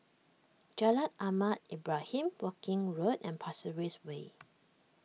Jalan Ahmad Ibrahim Woking Road and Pasir Ris Way